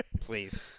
Please